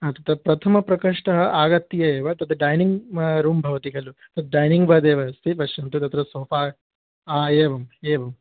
हा तत् प्रथमप्रकोष्ठम् आहत्य एव तद् डैनिङ्ग् रूं भवति खलु तद् डैनिङ्ग् वदेव अस्ति पश्यन्तु तत्र सोपा हा एवम् एवं